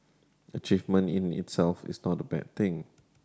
achievement in itself is not a bad thing